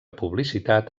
publicitat